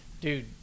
dude